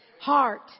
Heart